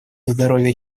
здоровью